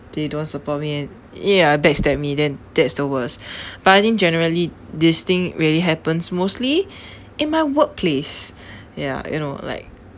they don't support me and ya backstab me then that is the worst but I think generally this thing really happens mostly in my workplace ya you know like